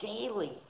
daily